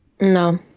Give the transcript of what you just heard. No